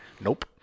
Nope